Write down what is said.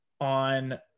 on